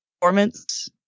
performance